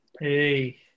Hey